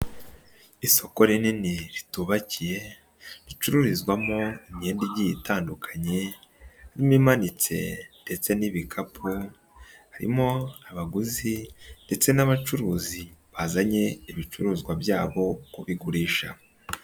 Isoko rinini ritubakiye ricururizwamo imyenda igiye itandukanye, imwe imanitse ndetse n'ibikapu harimo abaguzi ndetse n'abacuruzi bazanye ibicuruzwa byabo kubigurisha.